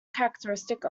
characteristic